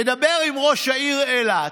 ידבר עם ראש העיר אילת,